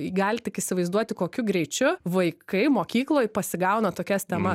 galit tik įsivaizduoti kokiu greičiu vaikai mokykloj pasigauna tokias tema